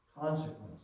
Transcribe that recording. consequences